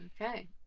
okay